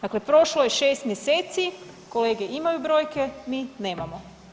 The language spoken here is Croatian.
Dakle, prošlo je 6 mjeseci, kolege imaju brojke, mi nemamo.